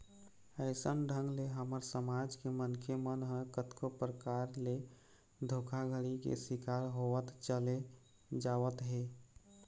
अइसन ढंग ले हमर समाज के मनखे मन ह कतको परकार ले धोखाघड़ी के शिकार होवत चले जावत हे